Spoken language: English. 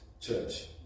church